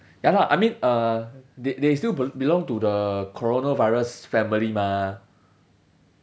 ya lah I mean uh they they still be~ belong to the coronavirus family mah